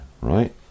Right